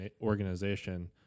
organization